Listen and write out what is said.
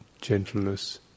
gentleness